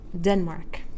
Denmark